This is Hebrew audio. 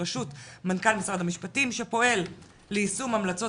ברשות מנכ"ל משרד המשפטים שפועל ליישום המלצות